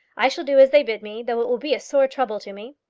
i shall do as they bid me, though it will be a sore trouble to me.